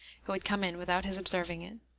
who had come in without his observing it.